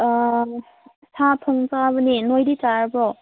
ꯁꯥ ꯊꯣꯡ ꯆꯥꯕꯅꯤ ꯅꯣꯏꯗꯤ ꯆꯥꯔꯕꯣ